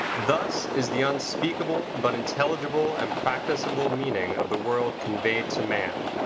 thus is the unspeakable but intelligible and practicable meaning of the world conveyed to man,